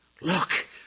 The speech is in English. Look